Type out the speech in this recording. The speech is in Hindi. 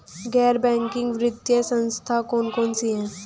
गैर बैंकिंग वित्तीय संस्था कौन कौन सी हैं?